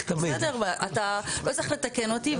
בסדר, אתה לא צריך לתקן אותי.